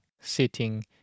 sitting